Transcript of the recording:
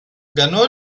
ganó